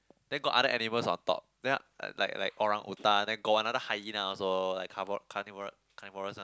then got other animals on top then like like orangutan then got another hyena also like carvo~ carnivore carnivorous one